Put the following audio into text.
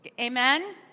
amen